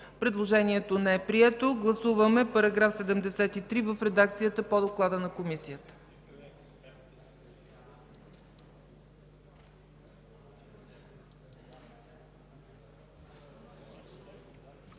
Предложението не е прието. Гласуваме § 73 в редакцията по доклада на Комисията.